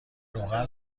روغن